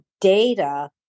data